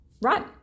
right